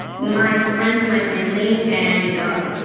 my friends and my family, and god.